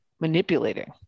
manipulating